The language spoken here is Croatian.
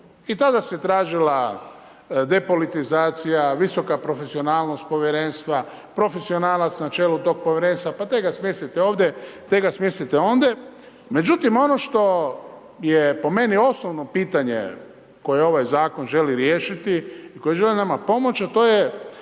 i tada se tražila depolitizacija, visoka profesionalnost povjerenstva, profesionalac na čelu tog povjerenstva pa daj ga smjestite ovdje te ga smjestite ondje. Međutim ono što je po meni osnovno pitanje koje ovaj zakon želi riješiti, koji želi nama pomoć, a to je